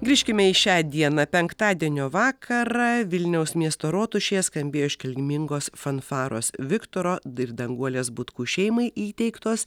grįžkime į šią dieną penktadienio vakarą vilniaus miesto rotušėje skambėjo iškilmingos fanfaros viktoro ir danguolės butkų šeimai įteiktos